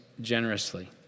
generously